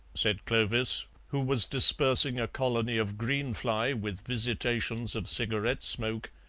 said clovis, who was dispersing a colony of green-fly with visitations of cigarette smoke,